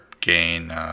gain